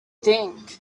think